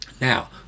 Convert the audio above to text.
Now